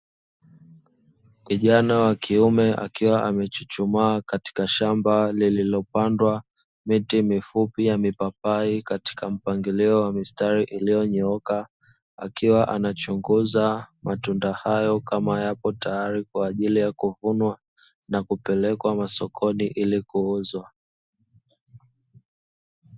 Kijana wa kiume akiwa amechuchuma a katika shamba lililopandwa miti mifupi ya mipapai kakita mpangilio wa mistari iliyonyooka, akiwa anachuguza matunda hayo kama yapo tayari kwa ajili ya kuvunwa na kupelekwa masokoni ili kuuzwa.